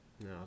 No